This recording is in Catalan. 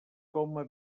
coma